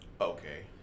Okay